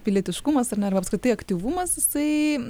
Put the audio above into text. pilietiškumas ar ne ar apskritai aktyvumas jisai